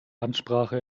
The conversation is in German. amtssprache